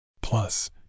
Plus